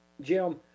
Jim